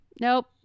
nope